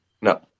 No